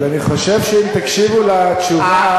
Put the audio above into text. אבל אני חושב שאם תקשיבו לתשובה,